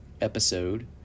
episode